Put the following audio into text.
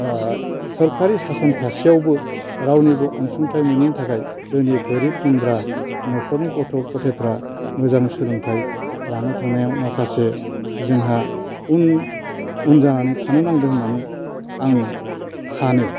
सोरखारि सासन थासेयावबो रावनिबो अनसुंथाय मोनैनि थाखाय जोंनि गोरिब गुनद्रा न'खरनि गथ' गथायफोरा मोजां सोलोंथाइ लानो थांनायाव माखासे जोंहा उन उन जानानै थानो नांदों होननानै आं सानो